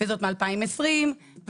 זאת מ-2020,